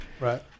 right